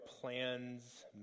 plans